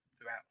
throughout